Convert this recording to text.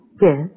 Yes